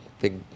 big